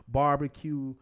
barbecue